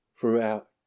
throughout